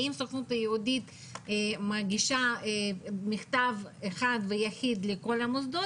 האם הסוכנות מגישה מכתב אחד ויחיד לכל המוסדות?